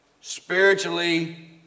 Spiritually